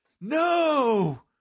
No